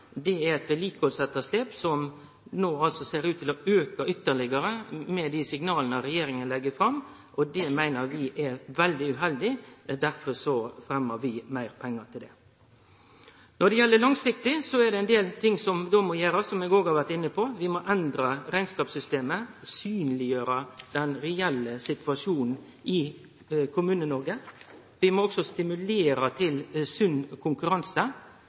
Det er eit vedlikehaldsetterslep som no ser ut til å auke ytterlegare med dei signala regjeringa legg fram. Det meiner vi er veldig uheldig, og derfor fremmar vi meir pengar til det. På lang sikt er det ein del som må gjerast, som eg òg har vore inne på. Vi må endre rekneskapssystemet – synleggjere den reelle situasjonen i Kommune-Noreg. Vi må også stimulere til sunn konkurranse